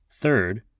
Third